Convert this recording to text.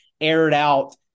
aired-out